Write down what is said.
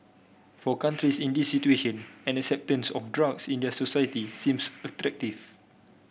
for countries in these situation an acceptance of drugs in their societies seems attractive